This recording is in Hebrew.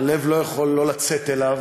הלב לא יכול לא לצאת אליו.